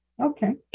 Okay